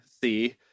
see